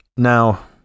Now